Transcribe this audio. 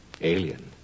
Alien